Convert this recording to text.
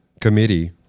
Committee